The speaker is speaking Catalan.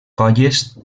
colles